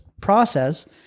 process